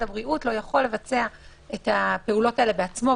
הבריאות לא יכול לבצע את הפעולות האלה בעצמו,